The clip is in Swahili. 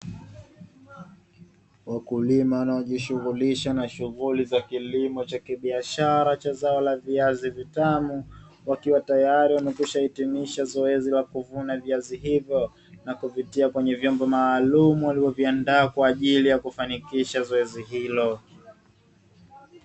Wakulima wanaojishughulisha na shughuli za kilimo cha kibiashara cha zao la viazi vitamu, wakiwa tayari wamekwisha hitimisha zoezi la kuvuna viazi hivo na kuvitia kwenye vyombo maalumu walivoviandaa kwa ajili ya kufanikisha zoezi hilo.